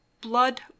blood